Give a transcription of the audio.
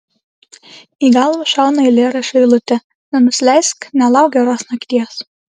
į galvą šauna eilėraščio eilutė nenusileisk nelauk geros nakties